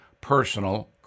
personal